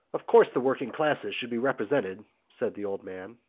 of course, the working-classes should be represented, said the old man.